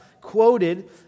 quoted